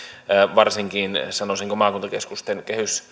varsinkin sanoisinko maakuntakeskusten